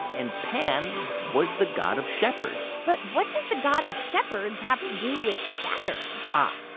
and pan was the god of shepherds but what does the god of shepherds have to do with saturn? ah,